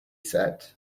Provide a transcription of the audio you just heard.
said